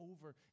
over